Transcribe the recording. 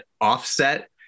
offset